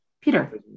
Peter